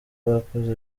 bakoze